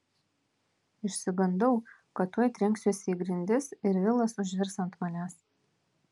išsigandau kad tuoj trenksiuosi į grindis ir vilas užvirs ant manęs